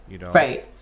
Right